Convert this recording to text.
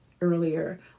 earlier